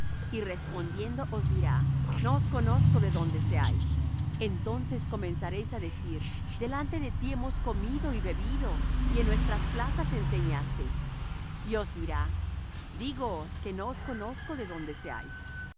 y respondiendo os dirá no os conozco de dónde seáis entonces comenzaréis á decir delante de ti hemos comido y bebido y en nuestras plazas enseñaste y os dirá dígoos que no os conozco de dónde seáis